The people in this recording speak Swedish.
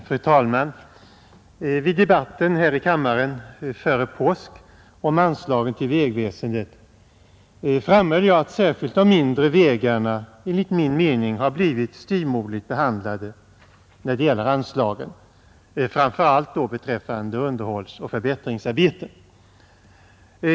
Fru talman! Vid debatten här i kammaren före påsk om anslagen till vägväsendet framhöll jag att särskilt de mindre vägarna enligt min mening har blivit styvmoderligt behandlade när det gäller anslagen, framför allt beträffande underhållsoch förbättringsarbeten.